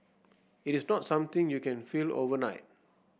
it is not something you can feel overnight